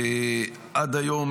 עד היום